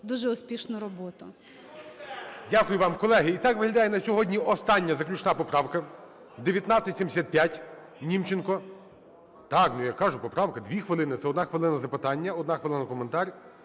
дуже успішну роботу.